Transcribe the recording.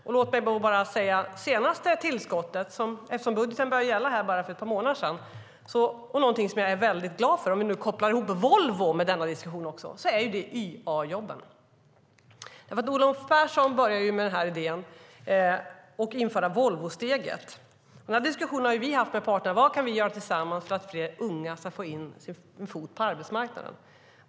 Det senaste tillskottet och någonting som jag är väldigt glad för - budgeten började gälla bara för ett par månader sedan - är YA-jobben. Då kan vi koppla in Volvo i denna diskussion också. Olof Persson började med idén att införa Volvosteget. Vi har haft en diskussion med parterna om vad vi kan göra tillsammans för att fler unga ska få in en fot på arbetsmarknaden.